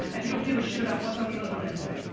and you don't give a shit about what's on the other end of it.